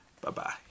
Bye-bye